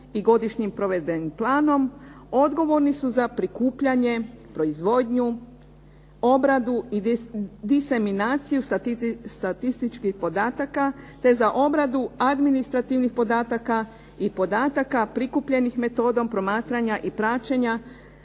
i Godišnjim provedbenim planom, odgovorni su za prikupljanje, proizvodnju, obradu i diseminaciju statističkih podataka, te za obradu administrativnih podataka i podataka prikupljenih metodom promatranja i praćenja